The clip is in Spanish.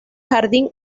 jardín